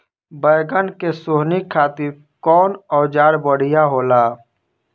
बैगन के सोहनी खातिर कौन औजार बढ़िया होला?